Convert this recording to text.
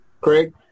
Craig